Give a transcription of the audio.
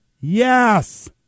Yes